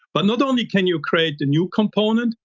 but not only can you create a new component,